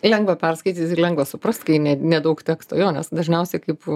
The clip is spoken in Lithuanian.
lengva perskaityt ir lengva suprast kai ne nedaug teksto jo nes dažniausiai kaip